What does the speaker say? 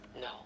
No